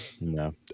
No